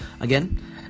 again